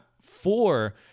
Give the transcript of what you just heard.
four